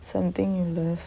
something you love